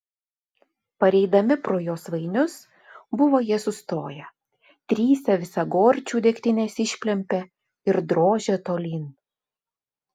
pareidami pro josvainius buvo jie sustoję trise visą gorčių degtinės išplempė ir drožė tolyn